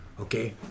Okay